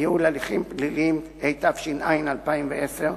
(ייעול ההליכים הפליליים), התש"ע 2010,